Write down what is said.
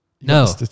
No